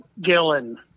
Gillen